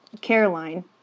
Caroline